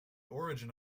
origin